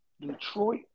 Detroit